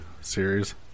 series